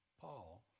Paul